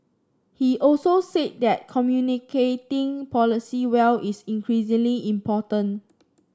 he also said that communicating policy well is increasingly important